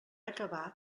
acabar